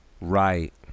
Right